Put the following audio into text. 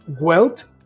wealth